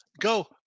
Go